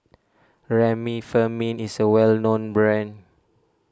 Remifemin is a well known brand